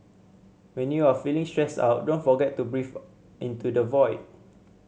when you are feeling stressed out don't forget to breathe into the void